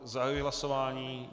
Zahajuji hlasování.